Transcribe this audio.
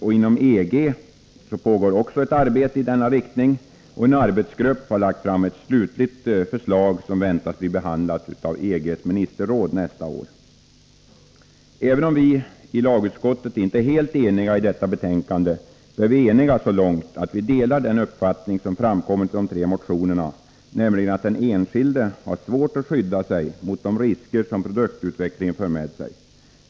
Även inom EG pågår ett arbete i denna riktning, och en arbetsgrupp har lagt fram ett slutligt förslag, som väntas bli behandlat av EG:s ministerråd nästa år. Även om vi i lagutskottet inte är helt eniga i detta betänkande, är vi eniga så långt att vi delar den uppfattning som framkommit i de tre motionerna, nämligen att den enskilde har svårt att skydda sig mot de risker som produktutvecklingen för med sig.